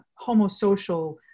homosocial